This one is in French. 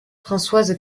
françoise